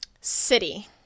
City